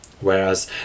whereas